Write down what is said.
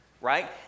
right